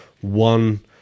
one